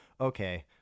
okay